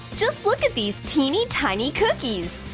just look at these teeny-tiny cookies.